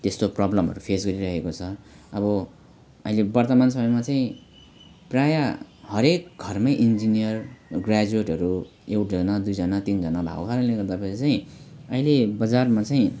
त्यस्तो प्रोब्लमहरू फेस गरिरहेको छ अब अहिले वर्तमान समयमा चाहिँ प्राय हरेक घरमै इन्जिनियर ग्राज्युएटहरू एउट ना दुईजना तिनजना भएको कारणले गर्दाफेरि चाहिँ अहिले बजारमा चाहिँ